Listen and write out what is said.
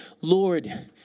Lord